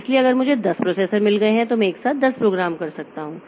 इसलिए अगर मुझे 10 प्रोसेसर मिल गए हैं तो मैं एक साथ 10 प्रोग्राम कर सकता हूं